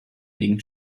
link